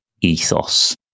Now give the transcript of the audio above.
ethos